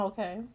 Okay